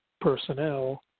personnel